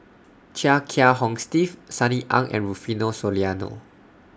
Chia Kiah Hong Steve Sunny Ang and Rufino Soliano